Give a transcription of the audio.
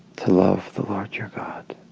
to love the lord your god